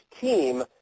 team